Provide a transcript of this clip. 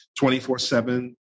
24-7